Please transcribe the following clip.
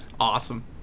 Awesome